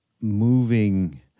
moving